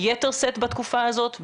ביתר שאת בתקופה הזאת,